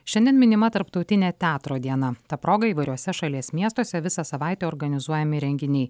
šiandien minima tarptautinė teatro diena ta proga įvairiuose šalies miestuose visą savaitę organizuojami renginiai